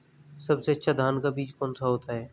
सबसे अच्छा धान का बीज कौन सा होता है?